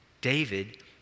David